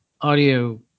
audio